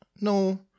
no